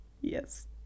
Yes